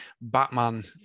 Batman